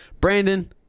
Brandon